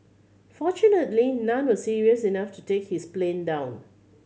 fortunately none were serious enough to take his plane down